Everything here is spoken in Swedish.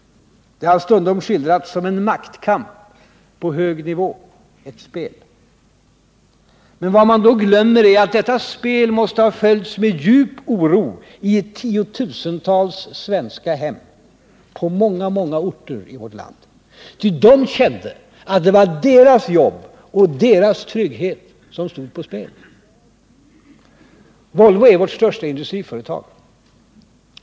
Det har stundom skildrats som en maktkamp på hög nivå och ett spel. Vad man då glömmer är att detta spel måste ha följts med djup oro i tiotusentals svenska hem, på många orter i vårt land. Ty de kände att det var deras jobb och deras trygghet som stod på spel. Volvo är vårt största industriföretag.